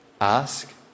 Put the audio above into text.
Ask